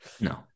No